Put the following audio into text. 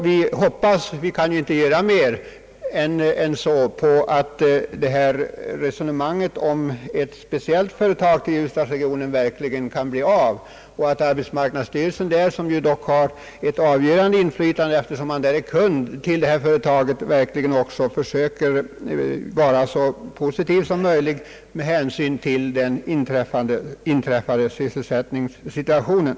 Vi hoppas — vi kan ju inte göra mer än så — att detta resonemang om att flytta ett speciellt företag till ljusdalsregionen verkligen blir av och att arbetsmarknadsstyrelsen, som har ett avgörande inflytande eftersom den är kund till detta företag, också försöker vara så positiv som möjligt med hänsyn till den inträdda sysselsättningssituationen.